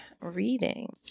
reading